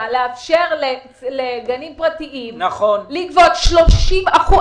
שני, לקראת סגר שליש, ועדיין אין לנו פתרון.